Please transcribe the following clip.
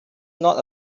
not